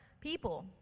people